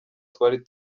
twari